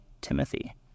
Timothy